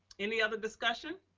any other discussion?